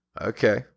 Okay